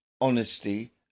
honesty